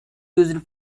used